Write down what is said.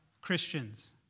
Christians